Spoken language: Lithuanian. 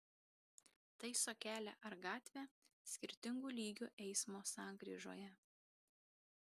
taiso kelią ar gatvę skirtingų lygių eismo sankryžoje